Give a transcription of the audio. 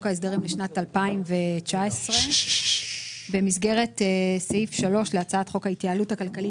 ההסדרים לשנת 2019. במסגרת סעיף 3 להצעת חוק ההתייעלות הכלכלית